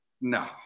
No